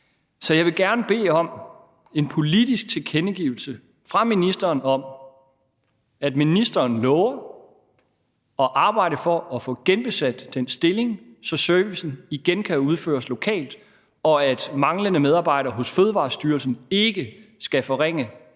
Så jeg vil gerne bede om en politisk tilkendegivelse fra ministeren om, at ministeren lover at arbejde for at få genbesat den stilling, så servicen igen kan udføres lokalt, og at manglende medarbejdere hos Fødevarestyrelsen ikke skal forringe